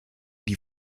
die